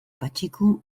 patxiku